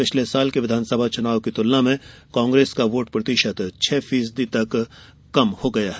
पिछले साल के विधानसभा चुनाव की तुलना में कांग्रेस का वोट प्रतिशत छह फीसदी तक कम हो गया है